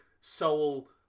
soul